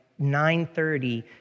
9.30